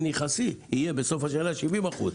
יחסי כאשר בסוף השנה יהיו 70 אחוזים.